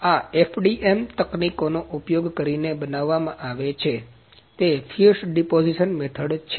આ FDM તકનીકોનો ઉપયોગ કરીને બનાવવામાં આવે છે તે ફ્યુસ ડિપોજીસન મેથડ છે